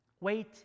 Wait